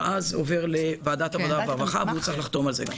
ואז זה יעבור לוועדת העבודה והרווחה והוא צריך לחתום על זה.